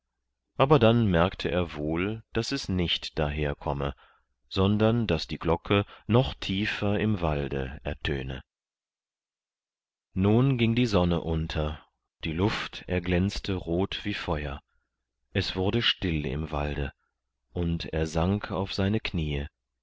aber dann merkte er wohl daß es nicht daher komme sondern daß die glocke noch tiefer im walde ertöne nun ging die sonne unter die luft erglänzte rot wie feuer es wurde still im walde und er sank auf seine kniee